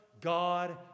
God